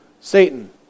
Satan